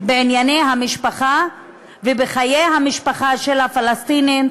בענייני המשפחה ובחיי המשפחה של הפלסטינים,